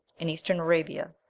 in eastern arabia,